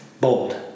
bold